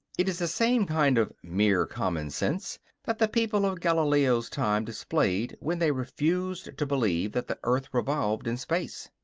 it is the same kind of mere common sense that the people of galileo's time displayed when they refused to believe that the earth revolved in space.